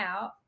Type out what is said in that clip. out